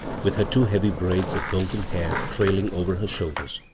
with her two heavy braids of golden hair trailing over her shoulders.